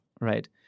right